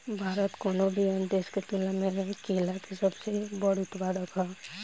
भारत कउनों भी अन्य देश के तुलना में केला के सबसे बड़ उत्पादक ह